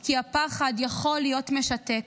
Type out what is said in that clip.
כי הפחד יכול להיות משתק,